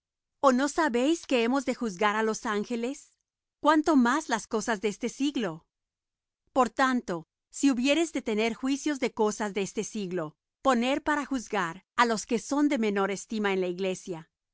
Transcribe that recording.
o no sabéis que hemos de juzgar á los angeles cuánto más las cosas de este siglo por tanto si hubiereis de tener juicios de cosas de este siglo poned para juzgar á los que son de menor estima en la iglesia